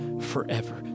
forever